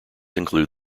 include